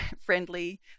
friendly